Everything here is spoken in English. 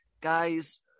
guys